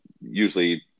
usually